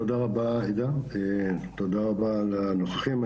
תודה רבה עאידה, תודה רבה לנוכחים.